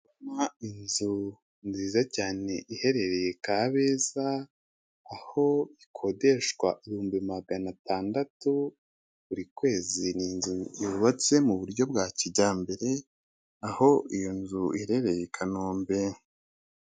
Ndabona inzu nziza cyane iherereye Kabeza, aho ikodeshwa ibihumbi magana atandatu buri kwezi; ni yuzubatse mu buryo bwa kijyambere, aho iyo nzu irereye i Kanombe.